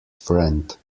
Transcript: friend